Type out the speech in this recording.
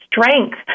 strength